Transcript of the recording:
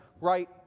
right